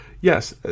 yes